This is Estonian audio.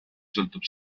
sõltub